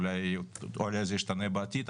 אולי זה ישתנה בעתיד,